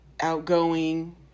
outgoing